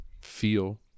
feel